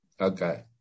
Okay